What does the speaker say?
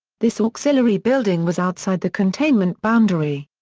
this auxiliary building was outside the containment boundary.